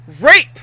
Rape